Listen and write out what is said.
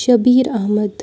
Shabir Ahmad